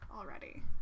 already